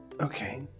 Okay